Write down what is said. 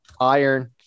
iron